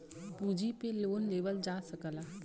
पूँजी पे लोन लेवल जा सकला